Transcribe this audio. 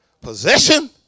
possession